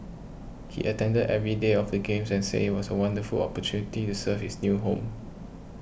he attended every day of the games and said it was a wonderful opportunity to serve his new home